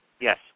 Yes